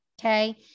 okay